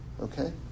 Okay